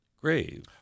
grave